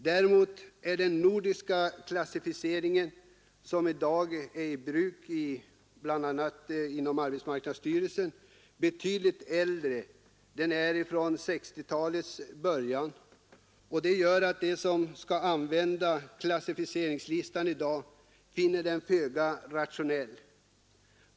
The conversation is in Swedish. Däremot är den nordiska klassificering som i dag är i bruk betydligt äldre — den är från 1960-talets början — och det gör att de som skall använda klassificeringslistan i dag finner den föga rationell.